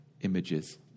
images